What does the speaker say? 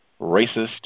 racist